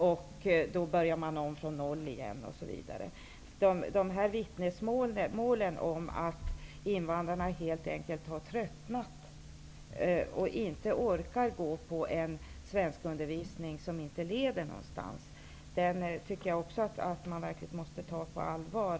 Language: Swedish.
Man börjar då om från noll igen osv. Vittnesmålen om att invandrarna helt enkelt har tröttnat och inte orkar delta i en svenskundervisning som inte leder någonstans, måste man ta på allvar.